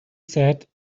sat